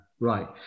Right